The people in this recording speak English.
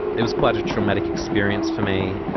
it was quite a traumatic experience for me,